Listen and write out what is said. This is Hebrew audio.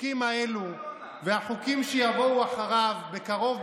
החוקים האלה והחוקים שיבואו אחריהם בקרוב,